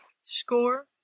Score